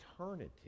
eternity